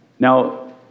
Now